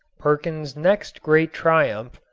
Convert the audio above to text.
perkin's next great triumph,